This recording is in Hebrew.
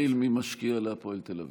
אנחנו נתחיל במשקיע להפועל תל אביב.